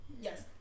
Yes